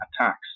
attacks